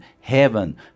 Heaven